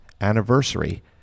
anniversary